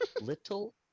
Little